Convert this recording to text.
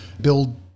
build